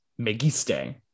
...megiste